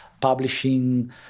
publishing